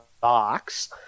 box